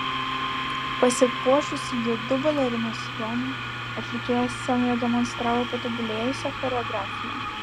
pasipuošusi juodu balerinos sijonu atlikėja scenoje demonstravo patobulėjusią choreografiją